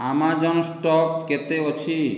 Amazon stock କେତେ ଅଛି